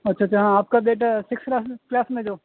اچھا اچھا ہاں آپ کا بیٹا سکس کلاس میں کلاس میں ہے جو